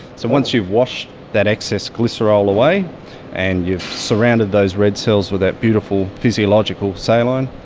so once you've washed that excess glycerol away and you've surrounded those red cells with that beautiful physiological saline,